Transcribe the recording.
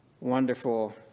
wonderful